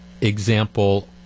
example